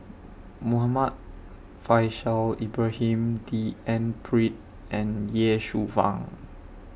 Muhammad Faishal Ibrahim D N Pritt and Ye Shufang